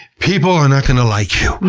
people are not going to like you.